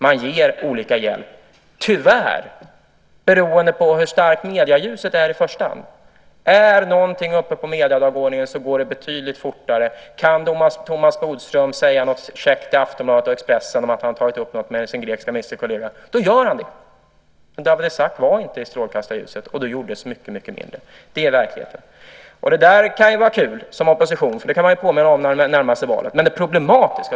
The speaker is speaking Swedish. Man ger olika hjälp i första hand beroende på hur starkt medieljuset är. Om något är uppe på mediedagordningen går det betydligt fortare. Om Thomas Bodström kan säga något käckt i Aftonbladet och Expressen om att han tagit upp något med sin grekiska ministerkollega gör han det. Men Dawit Isaak var inte i strålkastarljuset och då gjordes mycket mindre. Det är verkligheten. Det kan vara kul för oppositionen, eftersom man kan påminna om det när valet närmar sig.